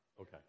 Okay